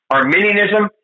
Arminianism